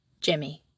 Jimmy